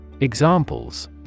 Examples